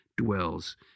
dwells